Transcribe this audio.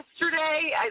yesterday